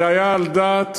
זה היה על דעת